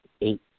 eight